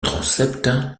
transept